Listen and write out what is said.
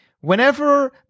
Whenever